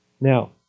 Now